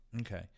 Okay